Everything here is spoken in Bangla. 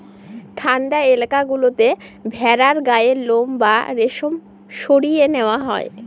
ঠান্ডা এলাকা গুলোতে ভেড়ার গায়ের লোম বা রেশম সরিয়ে নেওয়া হয়